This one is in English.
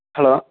hello